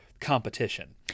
competition